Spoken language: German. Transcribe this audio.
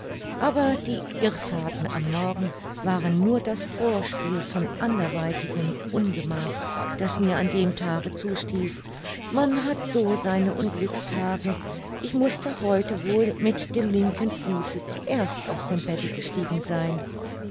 aber die irrfahrten am morgen waren nur das vorspiel von anderweitigem ungemach das mir an dem tage zustieß man hat so seine unglückstage ich mußte heute wohl mit dem linken fuße zuerst aus dem bette gestiegen sein